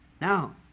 Now